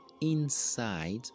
inside